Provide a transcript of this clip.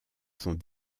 sont